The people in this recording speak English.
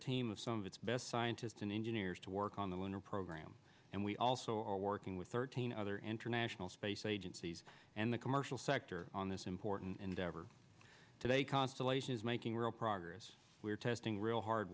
team of some of its best scientists and engineers to work on the lunar program and we also are working with thirteen other international space agencies and the commercial sector on this important endeavor today constellation is making real progress we're testing real hard